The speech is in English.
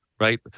right